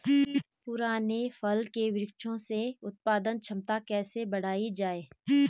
पुराने फल के वृक्षों से उत्पादन क्षमता कैसे बढ़ायी जाए?